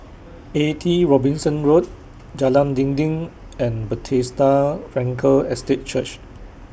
eighty Robinson Road Jalan Dinding and Bethesda Frankel Estate Church